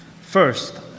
first